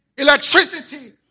electricity